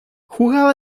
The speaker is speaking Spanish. jugaba